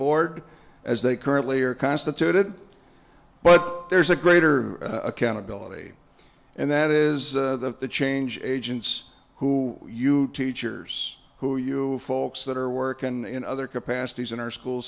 board as they currently are constituted but there's a greater accountability and that is that the change agents who you teachers who you folks that are work and in other capacities in our school